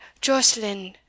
Jocelyn